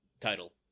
title